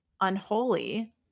Unholy